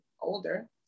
older